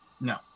No